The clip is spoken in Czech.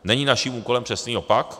Není naším úkolem přesný opak?